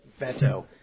Beto